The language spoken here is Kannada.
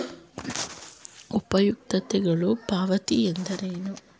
ಉಪಯುಕ್ತತೆಗಳ ಪಾವತಿ ಎಂದರೇನು?